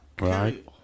Right